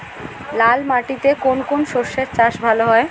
লাল মাটিতে কোন কোন শস্যের চাষ ভালো হয়?